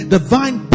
divine